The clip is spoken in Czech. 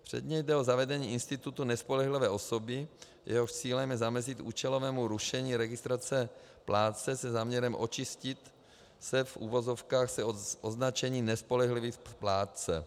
Předně jde o zavedení institutu nespolehlivé osoby, jehož cílem je zamezit účelovému rušení registrace plátce se záměrem očistit se, v uvozovkách, od označení nespolehlivý plátce.